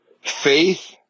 Faith